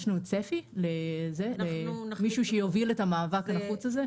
יש צפי למישהו שיוביל את המאבק הנחוץ הזה?